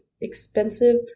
expensive